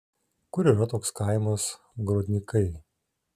kur yra toks kaimas grodnikai